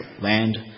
land